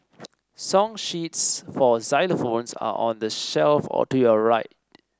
song sheets for xylophones are on the shelf all to your right